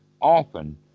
often